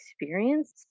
experience